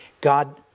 God